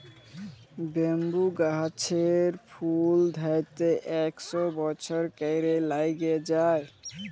bamboo গাহাচের ফুল ধ্যইরতে ইকশ বসর ক্যইরে ল্যাইগে যায়